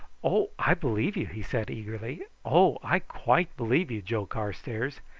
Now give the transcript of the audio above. oh! i believe you, he said eagerly. oh! i quite believe you, joe carstairs.